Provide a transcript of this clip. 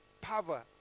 power